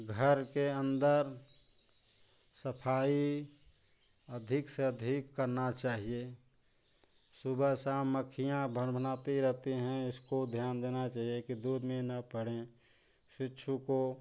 घर के अंदर सफाई अधिक से अधिक करना चाहिए सुबह शाम मक्खियाँ भनभनाती रहती हैं उसको ध्यान देना चाहिए कि दूध में न पड़ें शिशु को